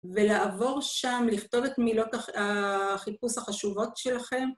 ולעבור שם, לכתוב את מילות החיפוש החשובות שלכם.